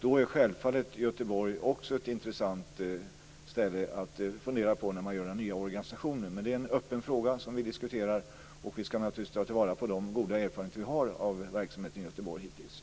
Då är självfallet Göteborg också ett intressant ställe att fundera på när man genomför den nya organisationen. Men det är en öppen fråga som vi diskuterar, och vi ska naturligtvis ta vara på de goda erfarenheter vi har av verksamheten i Göteborg hittills.